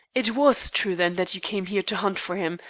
it was true, then, that you came here to hunt for him.